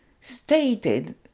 stated